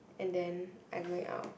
and then I going out